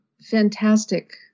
fantastic